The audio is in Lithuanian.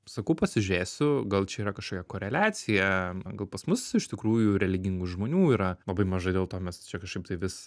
sakau pasižiūrėsiu gal čia yra kažkokia koreliacija gal pas mus iš tikrųjų religingų žmonių yra labai mažai dėl to mes čia kažkaip tai vis